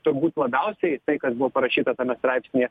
turbūt labiausiai tai kas buvo parašyta tame straipsnyje